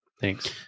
Thanks